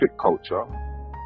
culture